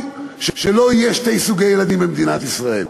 שלא יהיו שני סוגי ילדים במדינת ישראל.